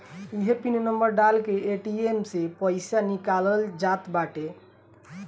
इहे pin number डाल के ए.टी.एम से पईसा निकालल जात बाटे